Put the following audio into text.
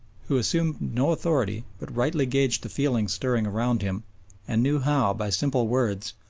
who assumed no authority but rightly gauged the feelings stirring around him and knew how, by simple words,